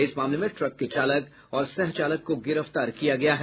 इस मामले में ट्रक के चालक और सह चालक को गिरफ्तार किया गया है